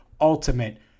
Ultimate